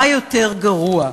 מה יותר גרוע.